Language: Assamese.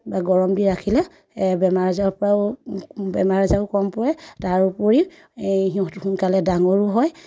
বা গৰম দি ৰাখিলে বেমাৰ আজাৰৰ পৰাও বেমাৰ আজাৰো কম পৰে তাৰ উপৰিও সোনকালে ডাঙৰো হয়